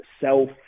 self